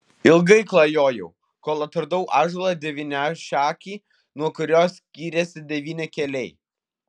ilgai klajojau kol atradau ąžuolą devyniašakį nuo kurio skyrėsi devyni keliai